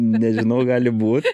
nežinau gali būt